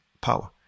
power